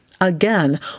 Again